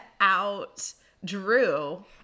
out-Drew